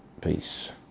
Peace